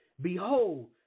Behold